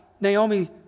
Naomi